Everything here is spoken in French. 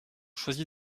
choisi